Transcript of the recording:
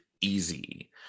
easy